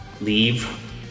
Leave